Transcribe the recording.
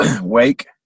wake